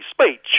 speech